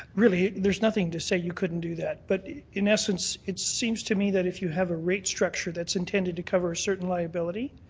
really, there's nothing to say you couldn't do that. but in essence, it seems to me that if you have a rate structure that's intended to cover a certain liability,